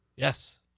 Yes